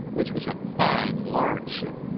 which was a fine, large ship,